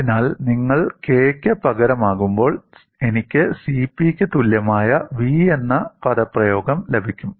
അതിനാൽ നിങ്ങൾ k ക്ക് പകരമാകുമ്പോൾ എനിക്ക് CP യ്ക്ക് തുല്യമായ v എന്ന പദപ്രയോഗം ലഭിക്കും